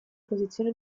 posizione